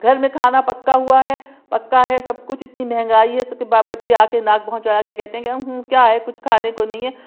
گھر میں کھانا پکا ہوا ہے پکا ہے سب کچھ اتنی مہنگائی ہے اس سب کے بچے آ کے ناک بھنو چڑھا کے یہ کہتے ہیں کہ ہوں کیا ہے کچھ کھانے کو نہیں ہے